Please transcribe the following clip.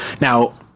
Now